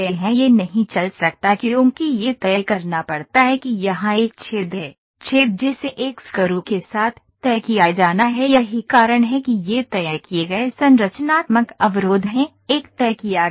यह नहीं चल सकता क्योंकि यह तय करना पड़ता है कि यहां एक छेद है छेद जिसे एक स्क्रू के साथ तय किया जाना है यही कारण है कि ये तय किए गए संरचनात्मक अवरोध हैं एक तय किया गया है